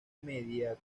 media